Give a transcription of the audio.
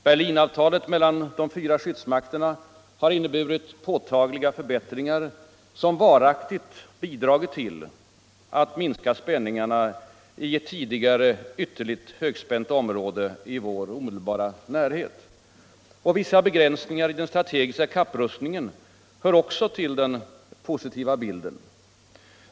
Berlinavtalet mellan de fyra skyddsmakterna har inneburit påtagliga förbättringar som varaktigt bidragit till att minska spänningarna i ett tidigare ytterligt högspänt område i vår omedelbara närhet: Vissa begränsningar i den strategiska kapprustningen hör också till den positiva bilden.